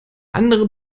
andere